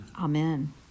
Amen